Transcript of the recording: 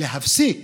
להפסיק